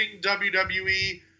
WWE